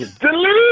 Delete